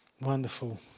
Wonderful